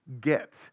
get